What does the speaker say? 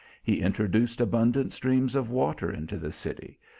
he introduced abundant streams of water into the city,